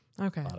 Okay